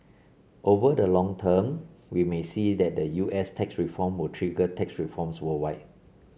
over the long term we may see that the U S tax reform will trigger tax reforms worldwide